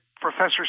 professor